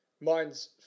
Mine's